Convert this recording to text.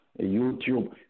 YouTube